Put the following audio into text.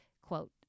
quote